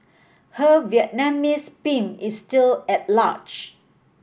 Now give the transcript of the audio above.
her Vietnamese pimp is still at large